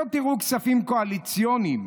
לא תראו כספים קואליציוניים.